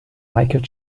michael